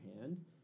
hand